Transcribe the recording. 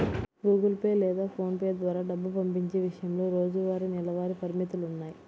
Google Pay లేదా PhonePe ద్వారా డబ్బు పంపించే విషయంలో రోజువారీ, నెలవారీ పరిమితులున్నాయి